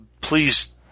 Please